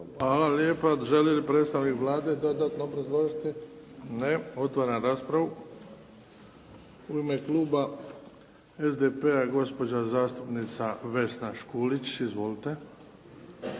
Hvala lijepa. Želi li predstavnik Vlade dodatno obrazložiti? Ne. Otvaram raspravu. U ime kluba SDP-a gospođa zastupnica Vesna Škulić. Izvolite.